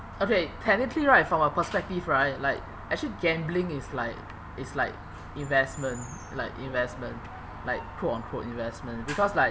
okay technically right from my perspective right like actually gambling is like is like investment like investment like quote unquote investment because like